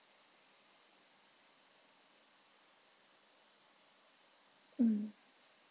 mm